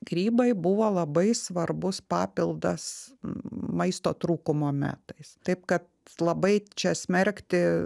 grybai buvo labai svarbus papildas maisto trūkumo metais taip kad labai čia smerkti